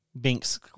Binks